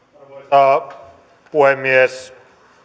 arvoisa puhemies